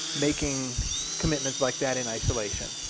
making commitments like that in isolation.